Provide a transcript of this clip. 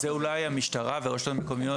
המשטרה והרשויות המקומיות